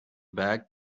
back